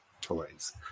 toys